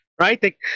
right